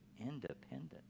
independent